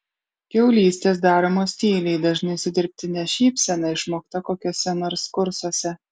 kiaulystės daromos tyliai dažnai su dirbtine šypsena išmokta kokiuose nors kursuose